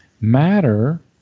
matter